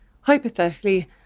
hypothetically